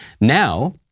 Now